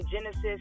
Genesis